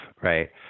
right